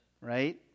right